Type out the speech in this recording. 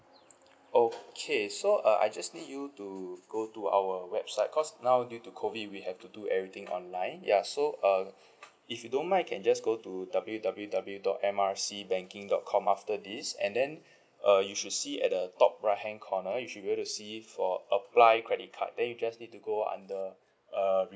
okay so uh I just need you to go to our website because now due to COVID we have to do everything online yeah so uh if you don't mind you can just go to W W W dot M R C banking dot com after this and then uh you should see at the top right hand corner you should be able to see for apply credit card then you just need to go under uh